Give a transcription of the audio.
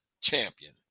champion